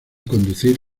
conducir